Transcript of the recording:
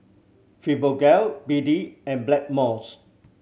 Fibogel B D and Blackmores